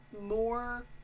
more